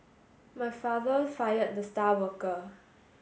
my father fired the star worker